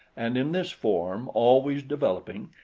and in this form, always developing,